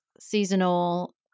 seasonal